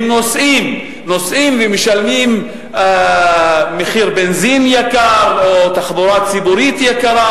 הם נוסעים ומשלמים מחיר בנזין גבוה או נוסעים בתחבורה ציבורית יקרה